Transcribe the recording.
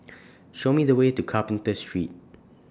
Show Me The Way to Carpenter Street